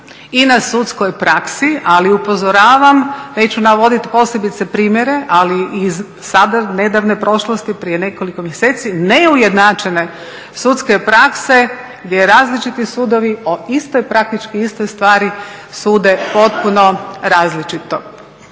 i na sudskoj praksi. Ali upozoravam, neću navoditi posebice primjere, ali iz sada nedavne prošlosti prije nekoliko mjeseci neujednačene sudske prakse gdje različiti sudovi o istoj, praktički istoj stvari sude potpuno različito.